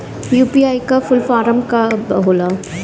UPI का full form का होला?